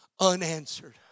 Unanswered